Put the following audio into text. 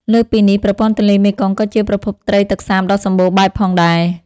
លើសពីនេះ ប្រព័ន្ធទន្លេមេគង្គក៏ជាប្រភពត្រីទឹកសាបដ៏សម្បូរបែបផងដែរ។